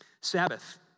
Sabbath